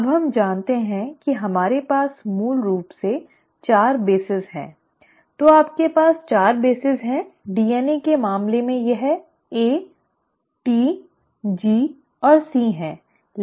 अब हम जानते हैं कि हमारे पास मूल रूप से 4 आधार हैं तो आपके पास 4 आधार हैं DNA के मामले में यह A T G और C है